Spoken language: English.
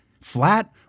Flat